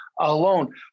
alone